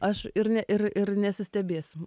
aš ir ne ir ir nesistebėsim